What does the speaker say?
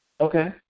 Okay